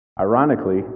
Ironically